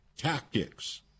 Tactics